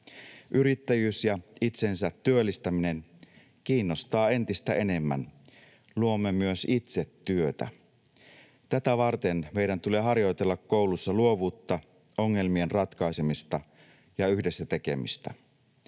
Yrittäjyys ja itsensä työllistäminen kiinnostavat entistä enemmän. Luomme myös itse työtä. Tätä varten meidän tulee harjoitella koulussa luovuutta, ongelmien ratkaisemista ja yhdessä tekemistä.